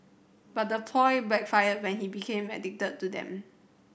but the ploy backfired when he became addicted to them